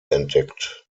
entdeckt